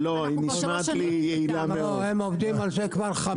הם עובדים על זה כבר חמש שנים.